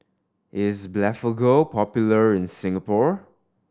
is Blephagel popular in Singapore